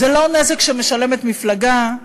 זה לא נזק שמשלמת מפלגה,